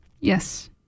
Yes